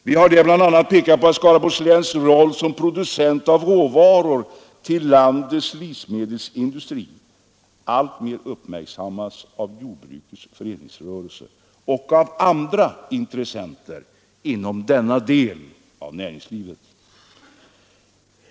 Vi har där bl.a. pekat på att Skaraborgs läns roll som producent av råvaror till landets livsmedelsindustri alltmer uppmärksammats av jordbrukets föreningsrörelse och av andra intressenter inom denna del av näringslivet.